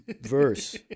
verse